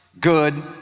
good